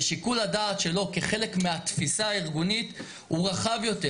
ושיקול הדעת שלו כחלק מהתפיסה הארגונית הוא רחב יותר,